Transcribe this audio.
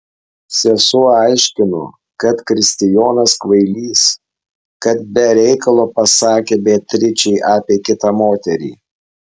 sesuo aiškino kad kristijonas kvailys kad be reikalo pasakė beatričei apie kitą moterį